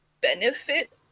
benefit